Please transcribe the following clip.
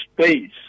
space